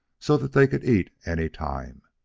so that they could eat any time.